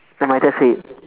then my dad said